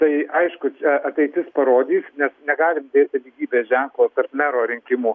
tai aišku ateitis parodys nes negalim dėti lygybės ženklo tarp mero rinkimų